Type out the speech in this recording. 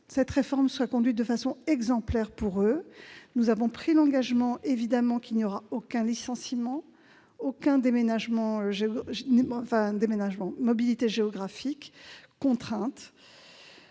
cette réforme soit conduite de façon exemplaire pour eux. Nous avons pris l'engagement, évidemment, qu'il n'y aura aucun licenciement, aucune mobilité géographique contrainte.